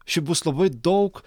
šiaip bus labai daug